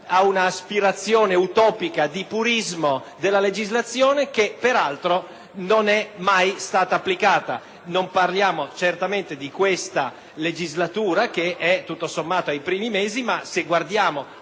ad un'aspirazione utopica di purismo della legislazione che, peraltro, non è mai stata attuata. Non parliamo certamente di questa legislatura, che è tutto sommato ai primi mesi, ma, se guardiamo